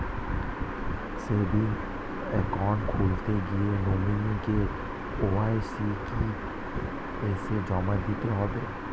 Savings account খুলতে গিয়ে nominee KYC কি এসে জমা দিতে হবে?